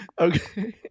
Okay